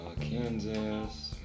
Kansas